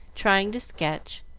trying to sketch,